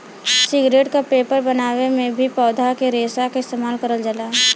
cigarette क paper बनावे में भी पौधा के रेशा क इस्तेमाल करल जाला